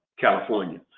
california.